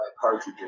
cartridges